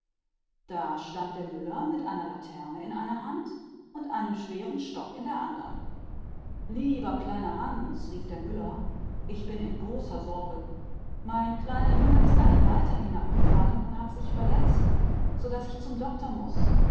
da stand der müller mit einer laterne in der einen und einem großen stock in der andern hand lieber kleiner hans rief der müller ich bin in großer verlegenheit mein kleiner junge ist von der leiter gefallen und hat sich verletzt und ich muß